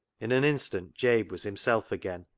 in an instant jabe was himself again,